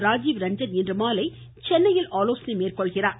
ராஜீவ் ரஞ்சன் இன்றுமாலை சென்னையில் ஆலோசனை மேற்கொள்கிறார்